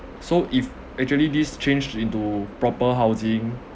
so if actually this changed into proper housing